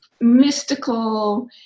mystical